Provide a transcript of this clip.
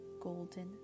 golden